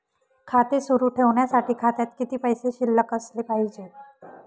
खाते सुरु ठेवण्यासाठी खात्यात किती पैसे शिल्लक असले पाहिजे?